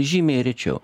žymiai rečiau